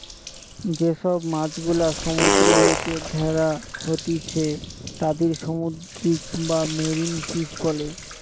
যে সব মাছ গুলা সমুদ্র হইতে ধ্যরা হতিছে তাদির সামুদ্রিক বা মেরিন ফিশ বোলে